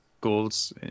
goals